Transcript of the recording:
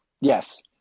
Yes